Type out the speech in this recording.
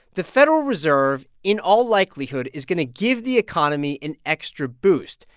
the federal reserve, in all likelihood, is going to give the economy an extra boost.